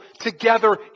together